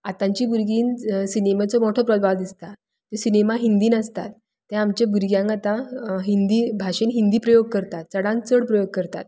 आतांची भुरगीं सिनेमाचो मोठो प्रभाव दिसता तर सिनेमा हिंदीन आसता तर आमच्या भुरग्यांक आतां हिंदी भाशेन हिंदी प्रयोग करता चडान चड प्रयोग करता